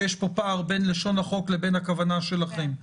שיש פה פער בין לשון החוק לבין הכוונה שלכם,